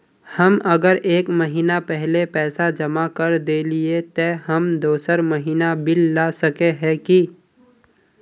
हम अगर एक महीना पहले पैसा जमा कर देलिये ते हम दोसर महीना बिल ला सके है की?